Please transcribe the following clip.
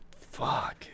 Fuck